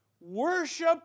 Worship